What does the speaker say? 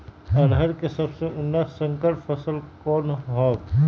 अरहर के सबसे उन्नत संकर फसल कौन हव?